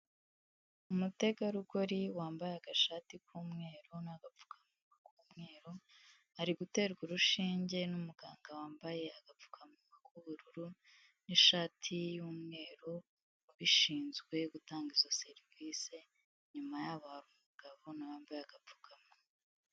Umutegarugori wambaye agashati k'umweru n'agapfukamunwa k'umweru ari guterwa urushinge n'umuganga wambaye agapfukamunwa k'ubururu n'ishati y'umweru ubishinzwe gutanga izo serivisi, inyuma yabo hari umugabo nawe wambaye agapfukamunwa.